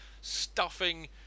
stuffing